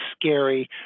scary